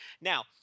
Now